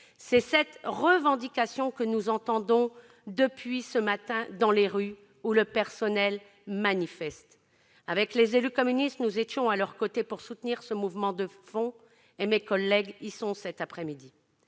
C'est cette revendication que nous entendons depuis ce matin, dans les rues, où les personnels manifestent. Avec les élus communistes, nous étions à leurs côtés pour soutenir ce mouvement de fond. Mes collègues y sont d'ailleurs cet après-midi.